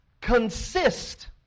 consist